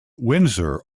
windsor